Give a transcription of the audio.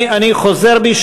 אני חוזר בי.